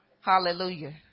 Hallelujah